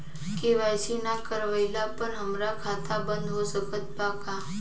KYC ना करवाइला पर हमार खाता बंद हो सकत बा का?